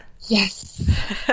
yes